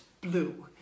blue